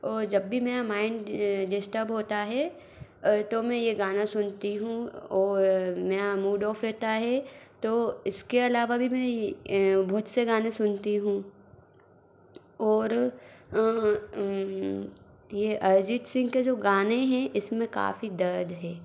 और जब भी मेरा माइंड डिस्टर्ब होता है तो मैं ये गाना सुनती हूँ और मेरा मूड ऑफ रहता है तो इसके अलावा भी मैं बहुत से गाने सुनती हूँ और ये अरिजीत सिंह के जो गाने हैं इसमें काफ़ी दर्द है